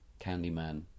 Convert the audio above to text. Candyman